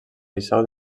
liceu